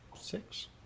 Six